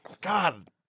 God